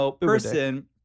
person